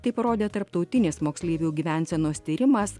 tai parodė tarptautinės moksleivių gyvensenos tyrimas